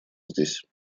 здесь